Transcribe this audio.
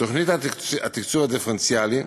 תוכנית התקצוב הדיפרנציאלי,